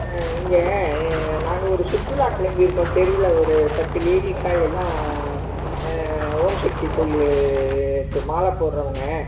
இங்கே நாங்கள் ஒரு சுற்றுலா கிளம்பிருக்கோம் தெருவில் ஒரு பத்து லேடீஸாக எல்லாம் ஓம் ஷக்தி கோயிலுக்கு மாலை போடுறவங்க